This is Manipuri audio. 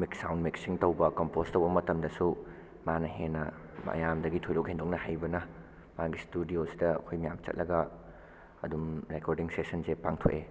ꯃꯤꯛꯁ ꯁꯥꯎꯟ ꯃꯤꯛꯁꯤꯡ ꯇꯧꯕ ꯀꯝꯄꯣꯁ ꯇꯧꯕ ꯃꯇꯝꯗꯁꯨ ꯃꯥꯅ ꯍꯦꯟꯅ ꯃꯌꯥꯝꯗꯒꯤ ꯊꯣꯏꯗꯣꯛ ꯍꯦꯟꯗꯣꯛꯅ ꯍꯩꯕꯅ ꯃꯥꯒꯤ ꯏꯁꯇꯨꯗꯤꯑꯣꯁꯤꯗ ꯑꯩꯈꯣꯏ ꯃꯌꯥꯝ ꯆꯠꯂꯒ ꯑꯗꯨꯝ ꯔꯦꯀꯣꯔꯗꯤꯡ ꯁꯦꯁꯟꯁꯦ ꯄꯥꯡꯊꯣꯛꯑꯦ